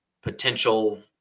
potential